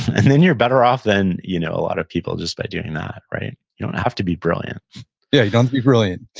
and then you're better off than you know a lot of people just by doing that, right? you don't have to be brilliant yeah, you don't have to be brilliant.